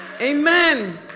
amen